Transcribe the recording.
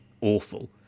awful